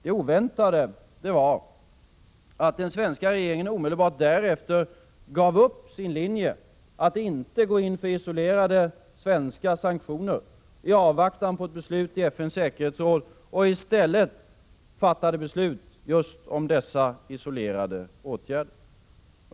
Det oväntade var att den svenska regeringen omedelbart därefter gav upp sin linje, att inte gå in för isolerade svenska sanktioner i avvaktan på beslut i FN:s säkerhetsråd, och i stället fattade beslut just om dessa isolerade åtgärder.